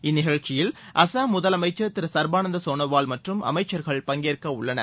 இந்நிகழ்ச்சியில் அசாம் முதலமைச்சர் திருசர்பானந்தாசோனாவால் மற்றம் அமைச்சர்கள் பங்கேற்கவுள்ளனர்